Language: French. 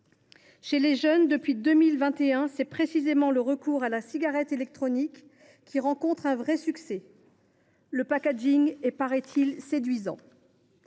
Chez les jeunes, depuis 2021, c’est précisément le recours à la cigarette électronique à usage unique qui rencontre un vrai succès. Le packaging est, paraît il, séduisant…